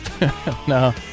No